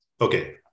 Okay